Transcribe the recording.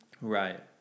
Right